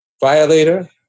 Violator